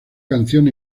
canción